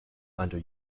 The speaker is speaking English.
under